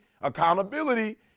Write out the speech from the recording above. accountability